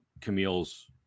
Camille's